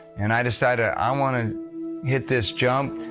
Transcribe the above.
and i decided ah i wanted to get this jump.